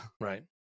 Right